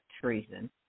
treason